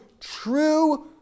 true